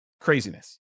Craziness